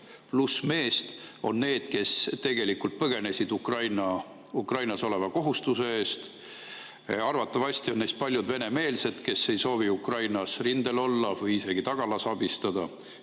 pluss meest on need, kes tegelikult põgenesid Ukrainas oleva kohustuse eest. Arvatavasti on neist paljud venemeelsed, kes ei soovi Ukrainas rindel olla või isegi tagalas abistada,